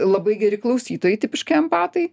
labai geri klausytojai tipiški empatai